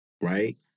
right